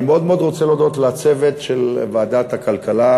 אני מאוד מאוד רוצה להודות לצוות של ועדת הכלכלה,